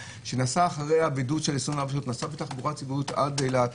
שנסעה בתחבורה ציבורית עד אילת,